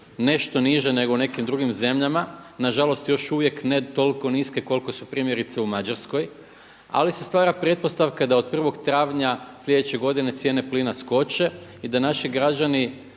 nešto niže nego u nekim drugim zemljama na žalost još uvijek ne toliko niske koliko su primjerice u Mađarskoj. Ali se stvara pretpostavka da od prvog travnja sljedeće godine cijene plina skoče i da naši građani